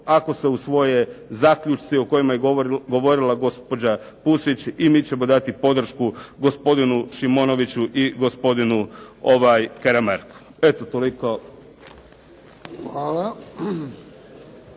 ako se usvoje zaključci o kojima je govorila gospođa Pusić, i mi ćemo dati podršku gospodinu Šimonoviću i gospodinu Karamarku. Eto, toliko.